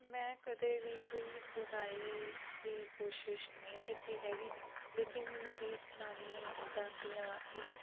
ਮੈਂ ਕਦੇ ਵੀ ਕੋਈ ਬੁਣਾਈ ਦੀ ਕੋਸ਼ਿਸ਼ ਨਹੀਂ ਕੀਤੀ ਹੈਗੀ ਲੇਕਿਨ ਮੇਰੀ ਨਾਨੀ ਦਾਦੀਆਂ ਇਹ